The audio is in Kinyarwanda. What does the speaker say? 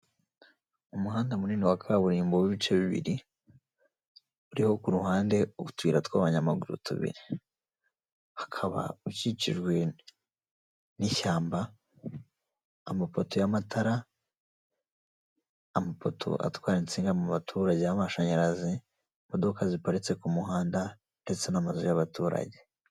Umuhanda munini wa kaburimbo w'ibice bibiri uriho ku ruhande utuyira tw'abanyamaguru tubiri hakaba ukikijwe n'ishyamba, amapoto y'amatara amapoto atwara insinga mu baturage y'amashanyarazi imodoka ziparitse ku muhanda ndetse n'amazu y'abaturage.